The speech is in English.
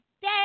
day